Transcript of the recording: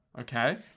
Okay